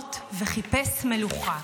אתונות וחיפש מלוכה.